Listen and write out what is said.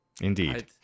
Indeed